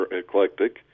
eclectic